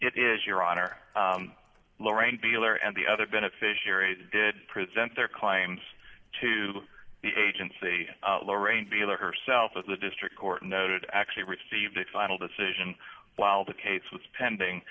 it is your honor lorraine beeler and the other beneficiaries did present their claims to the agency lorraine beeler herself of the district court noted actually received a final decision while the case was pending